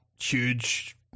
huge